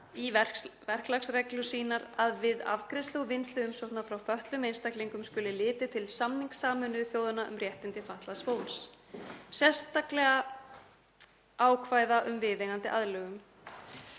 í verklagsreglur sínar að við afgreiðslu og vinnslu umsókna frá fötluðum einstaklingum skuli litið til samnings Sameinuðu þjóðanna um réttindi fatlaðs fólks, sérstaklega ákvæða um viðeigandi aðlögun.